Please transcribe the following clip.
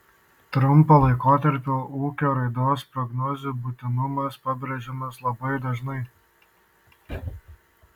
trumpo laikotarpio ūkio raidos prognozių būtinumas pabrėžiamas labai dažnai